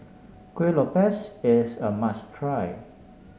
Kueh Lopes is a must try